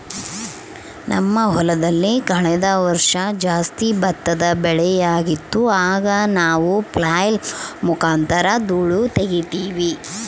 ನಮ್ಮ ಹೊಲದಲ್ಲಿ ಕಳೆದ ವರ್ಷ ಜಾಸ್ತಿ ಭತ್ತದ ಬೆಳೆಯಾಗಿತ್ತು, ಆಗ ನಾವು ಫ್ಲ್ಯಾಯ್ಲ್ ಮುಖಾಂತರ ಧೂಳು ತಗೀತಿವಿ